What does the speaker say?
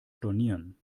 stornieren